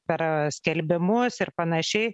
per skelbimuose ir panašiai